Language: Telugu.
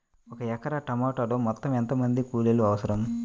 ఒక ఎకరా టమాటలో మొత్తం ఎంత మంది కూలీలు అవసరం?